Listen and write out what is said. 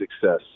success